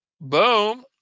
boom